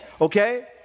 Okay